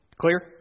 clear